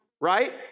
Right